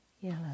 yellow